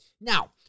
Now